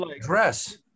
dress